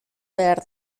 behar